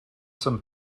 some